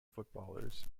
footballers